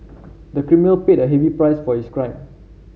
the criminal paid a heavy price for his crime